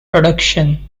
production